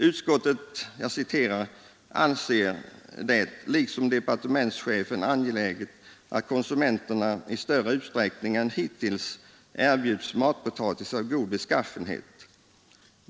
Utskottet skriver: ”Utskottet anser det liksom departementschefen angeläget att konsumenterna i större utsträckning än hittills erbjuds matpotatis av god beskaffenhet.